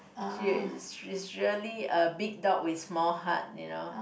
she she is really a big dog with small heart you know